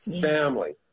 Family